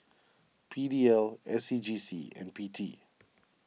P D L S C G C and P T